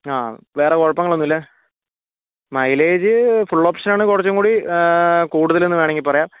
ആ വേറെ കുഴപ്പങ്ങൾ ഒന്നുമില്ല മൈലേജ് ഫുൾ ഓപ്ഷൻ ആണ് കുറച്ചുംകൂടി കൂടുതൽ എന്ന് വേണമെങ്കിൽ പറയാം